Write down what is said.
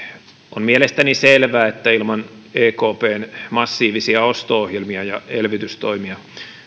on mielestäni selvää että ilman ekpn massiivisia osto ohjelmia ja elvytystoimia